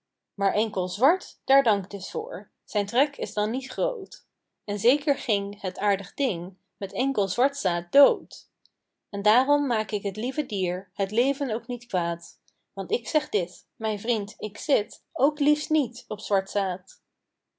maar enkel zwart daar dankt het voor zijn trek is dan niet groot en zeker ging het aardig ding met enkel zwart zaad dood en daarom maak ik t lieve dier het leven ook niet kwaad want ik zeg dit mijn vriend ik zit ook liefst niet op zwart zaad